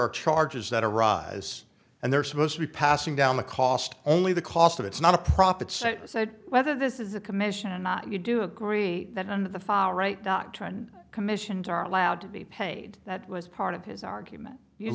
are charges that arise and they're supposed to be passing down the cost only the cost of it's not a profit so whether this is a commission or not you do agree that on the far right doctrine commissions are allowed to be paid that was part of his argument you